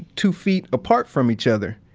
two feet apart from each other.